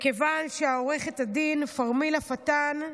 מכיוון שעו"ד פרמילה פאטן,